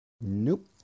Nope